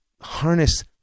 harness